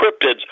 cryptids